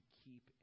keep